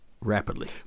rapidly